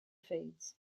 feeds